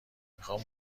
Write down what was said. میخوام